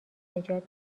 نجات